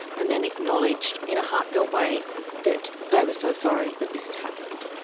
and then acknowledged in a heartfelt way that they were so sorry that this had happened.